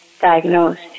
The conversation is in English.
diagnosed